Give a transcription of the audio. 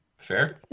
Sure